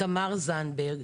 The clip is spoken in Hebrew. תמר זנדברג,